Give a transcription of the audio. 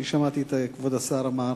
אני שמעתי את כבוד השר אומר: